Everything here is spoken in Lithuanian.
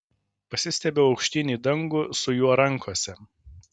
pasistiebiu aukštyn į dangų su juo rankose